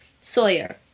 Sawyer